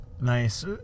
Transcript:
Nice